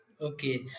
okay